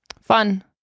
Fun